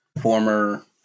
former